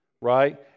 right